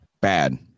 bad